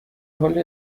حال